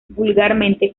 vulgarmente